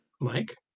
Mike